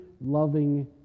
loving